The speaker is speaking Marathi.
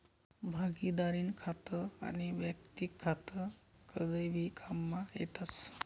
भागिदारीनं खातं आनी वैयक्तिक खातं कदय भी काममा येतस